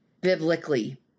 biblically